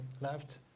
left